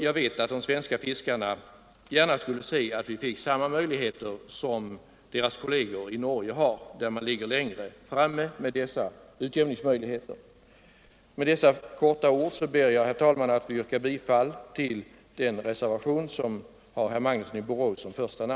Jag vet att de svenska fiskarna gärna skulle se att de fick samma möjligheter som sina kolleger i Norge, där man ”ligger längre fram” med utjämningsmöjligheterna. Med dessa få ord yrkar jag, herr talman, bifall till reservationen av herr Magnusson m.fl.